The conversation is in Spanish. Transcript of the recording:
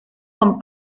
con